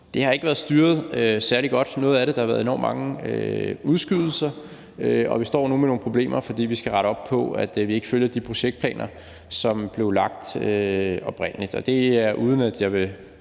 Det har ikke været styret særlig godt noget af det. Der har været enormt mange udskydelser, og vi står nu med nogle problemer, fordi vi skal rette op på, at vi ikke følger de projektplaner, som blev lagt oprindelig, uden at jeg vil